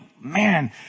man